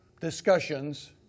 discussions